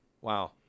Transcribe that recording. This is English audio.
Wow